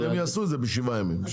אז הם יעשו את זה בשבעה ימים.